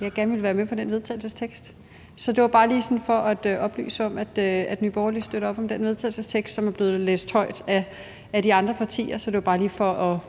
jeg gerne vil være med på den vedtagelsestekst. Så det var bare lige for at oplyse om, at Nye Borgerlige støtter op om den vedtagelsestekst, som er blevet læst højt på vegne af de andre partier. Så det var bare lige for